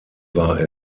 war